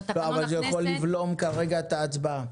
אבל זה יכול לבלום כרגע את ההצבעה.